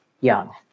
young